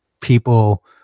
People